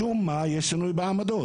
משום מה יש שינוי בעמדות.